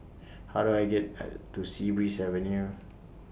How Do I get to Sea Breeze Avenue